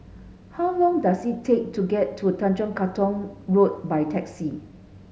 how long does it take to get to Tanjong Katong Road by taxi